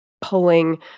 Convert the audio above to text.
pulling